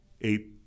Eight